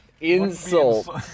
insult